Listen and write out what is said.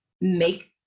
make